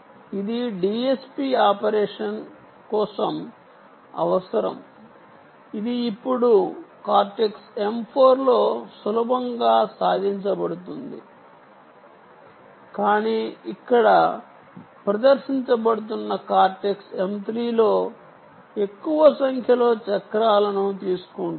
ఇది DSP operation కోసం అవసరం ఇది ఇప్పుడు కార్టెక్స్ M4 లో సులభంగా సాధించబడుతుంది కానీ ఇక్కడ ప్రదర్శించబడుతున్న కార్టెక్స్ M 3 లో ఎక్కువ సంఖ్యలో చక్రాలను తీసుకుంటుంది